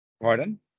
pardon